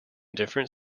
different